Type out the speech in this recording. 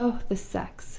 oh, the sex!